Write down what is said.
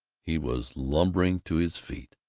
he was lumbering to his feet.